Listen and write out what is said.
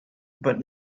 but